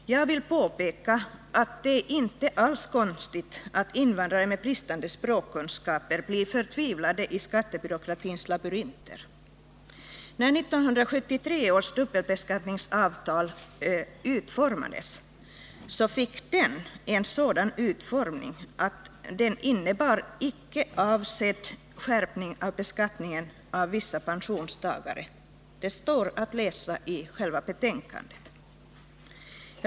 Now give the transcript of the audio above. Jag vill påpeka att det inte alls är konstigt att invandrare med bristande språkkunskaper blir förtvivlade i skattebyråkratins labyrinter. 1973 års dubbelbeskattningsavtal fick en sådan utformning att den innebar en icke avsedd skärpning av beskattningen för vissa pensionstagare. Det står att läsa i betänkandet.